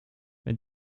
wenn